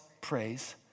praise